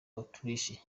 autriche